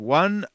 one